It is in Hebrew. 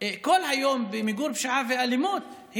כל היום במיגור פשיעה ואלימות,